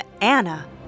Anna